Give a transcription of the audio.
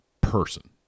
person